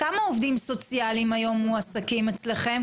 כמה עובדים סוציאלים היום מועסקים אצלכם?